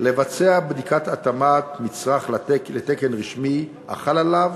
לבצע בדיקת התאמת מצרך לתקן רשמי החל עליו